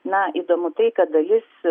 na įdomu tai kad dalis